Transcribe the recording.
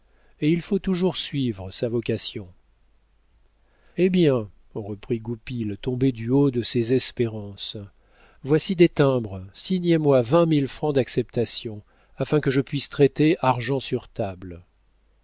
et il faut toujours suivre sa vocation eh bien reprit goupil tombé du haut de ses espérances voici des timbres signez moi vingt mille francs d'acceptations afin que je puisse traiter argent sur table